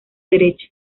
derecho